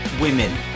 women